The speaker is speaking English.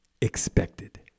expected